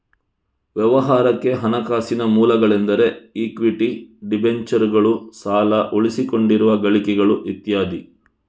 ವ್ಯವಹಾರಕ್ಕೆ ಹಣಕಾಸಿನ ಮೂಲಗಳೆಂದರೆ ಇಕ್ವಿಟಿ, ಡಿಬೆಂಚರುಗಳು, ಸಾಲ, ಉಳಿಸಿಕೊಂಡಿರುವ ಗಳಿಕೆಗಳು ಇತ್ಯಾದಿ